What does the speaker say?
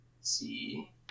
see